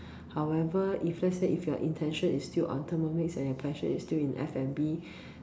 however if let's say if your intention is still on Thermomix and your passion is still in F_N_B